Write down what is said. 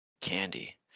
candy